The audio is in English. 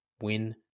Win